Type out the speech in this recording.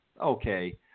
okay